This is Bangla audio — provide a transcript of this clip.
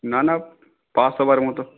না না পাস হওয়ার মতো